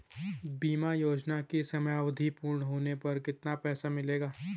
बीमा योजना की समयावधि पूर्ण होने पर कितना पैसा मिलेगा?